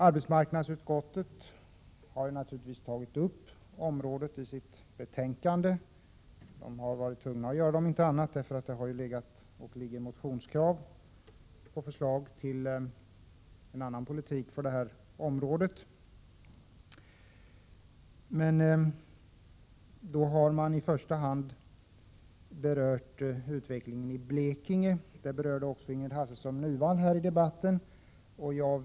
Arbetsmarknadsutskottet har tagit upp detta område i sitt betänkande — man har om inte annat varit tvungen att göra det, eftersom det föreligger motionskrav om en annan politik för detta område — men då har man i första hand berört utvecklingen i Blekinge; detta behandlades av Ingrid Hasselström Nyvall nyss.